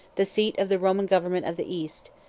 the seat of the roman government of the east,